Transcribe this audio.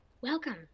Welcome